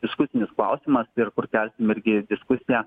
diskusinis klausimas ir kur tęsim irgi diskusiją